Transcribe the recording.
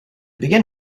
begin